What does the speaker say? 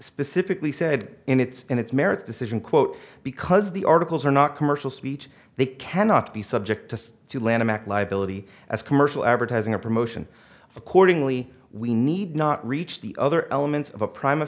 specifically said in its in its merits decision quote because the articles are not commercial speech they cannot be subject to lanham act liability as commercial advertising or promotion accordingly we need not reach the other elements of a prim